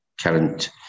current